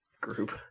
Group